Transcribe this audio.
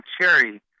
cherry